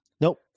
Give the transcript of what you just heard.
nope